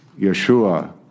Yeshua